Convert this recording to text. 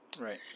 Right